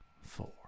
four